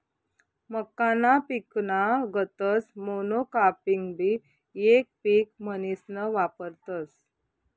मक्काना पिकना गतच मोनोकापिंगबी येक पिक म्हनीसन वापरतस